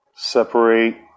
Separate